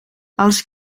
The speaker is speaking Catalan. els